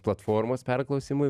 platformos perklausimui